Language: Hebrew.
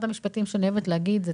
אנחנו שוכחים להגיד